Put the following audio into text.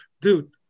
dude